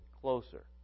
closer